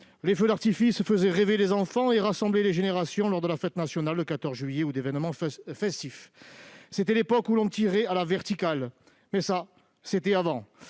les feux d'artifice faisaient rêver les enfants et rassemblaient les générations lors de la fête nationale du 14 juillet ou d'événements festifs. C'était l'époque où l'on tirait à la verticale. Ça, c'était avant